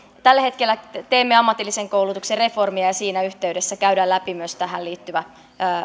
tällä hetkellä teemme ammatillisen koulutuksen reformia ja siinä yhteydessä käydään läpi myös tähän